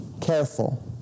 careful